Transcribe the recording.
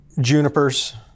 Junipers